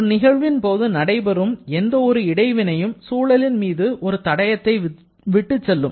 ஒரு நிகழ்வின் போது நடைபெறும் எந்த ஒரு இடை வினையும் சூழலின் மீது ஒரு தடயத்தை விட்டுச்செல்லும்